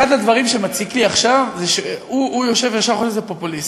אחד הדברים שמציקים לי עכשיו זה שהוא יושב וישר חושב שזה פופוליסטי.